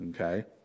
Okay